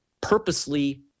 purposely